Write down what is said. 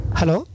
hello